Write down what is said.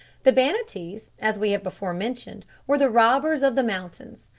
the banattees, as we have before mentioned, were the robbers of the mountains.